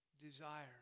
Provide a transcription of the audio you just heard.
Desire